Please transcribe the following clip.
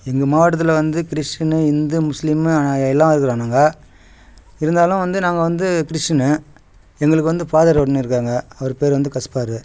எங்கள் மாவட்டத்தில் வந்து கிறிஸ்டினு இந்து முஸ்லீமு எல்லாம் இருக்கிறோம் நாங்கள் இருந்தாலும் வந்து நாங்கள் வந்து கிறிஸ்டினு எங்களுக்கு வந்து ஃபாதர் ஒன்று இருக்காங்க அவர் பேர் வந்து கஸ்பார்